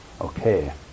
Okay